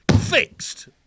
Fixed